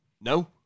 No